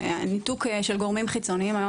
ניתוק של גורמים חיצוניים מהמאגר.